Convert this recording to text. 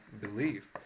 believe